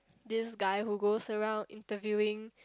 this guy who goes around interviewing